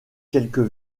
quelques